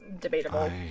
debatable